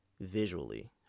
Visually